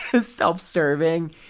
self-serving